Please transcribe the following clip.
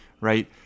right